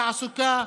תעסוקה,